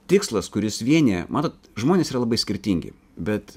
tikslas kuris vienija matot žmonės yra labai skirtingi bet